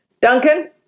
Duncan